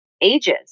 ages